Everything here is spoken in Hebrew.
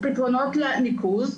פתרונות ניקוז,